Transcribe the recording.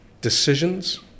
decisions